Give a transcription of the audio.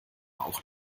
auch